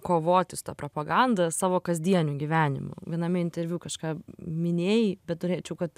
kovoti su ta propaganda savo kasdieniu gyvenimu viename interviu kažką minėjai bet norėčiau kad